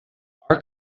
our